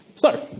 so,